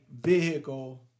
vehicle